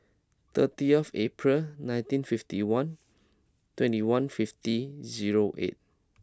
thirty of April nineteen fifty one twenty one fifty zero eight